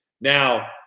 Now